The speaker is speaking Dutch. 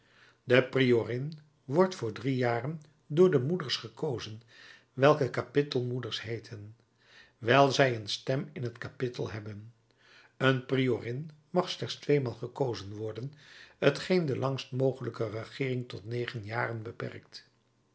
de priorin wordt voor drie jaren door de moeders gekozen welke kapittel moeders heeten wijl zij een stem in het kapittel hebben een priorin mag slechts tweemaal gekozen worden t geen de langst mogelijke regeering tot negen jaren beperkt